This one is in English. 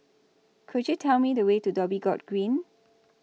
Could YOU Tell Me The Way to Dhoby Ghaut Green